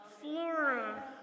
Flora